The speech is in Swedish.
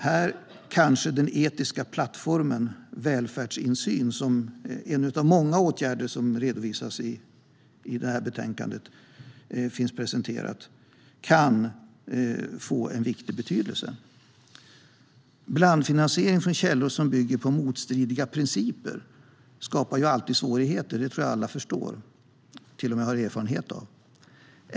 Här kanske den etiska plattformen Välfärdsinsyn som är en av många åtgärder som finns presenterade i det här betänkandet kan få en stor betydelse. Blandfinansiering från källor som bygger på motstridiga principer skapar alltid svårigheter. Det tror jag att alla förstår och till och med har erfarenhet av.